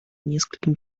нескольким